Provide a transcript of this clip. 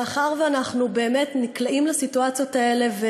מאחר שאנחנו באמת נקלעים לסיטואציות האלה,